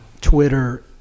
Twitter